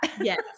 Yes